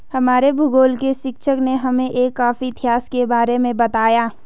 हमारे भूगोल के शिक्षक ने हमें एक कॉफी इतिहास के बारे में बताया